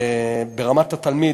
ברמת התלמיד,